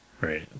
Right